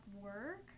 work